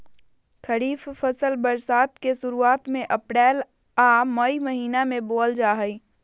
खरीफ फसल बरसात के शुरुआत में अप्रैल आ मई महीना में बोअल जा हइ